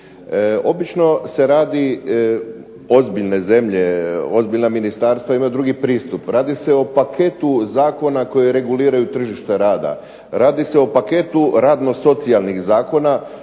Obično se radi, ozbiljne zemlje, ozbiljna ministarstva imaju drugi pristup, radi se o paketu zakona koji reguliraju tržište rada, radi se o paketu radno-socijalnih zakona